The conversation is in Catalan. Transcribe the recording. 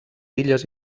illes